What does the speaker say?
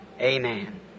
Amen